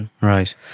Right